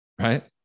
Right